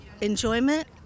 enjoyment